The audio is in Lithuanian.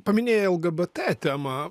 paminėjai lgbt temą